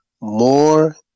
more